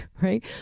right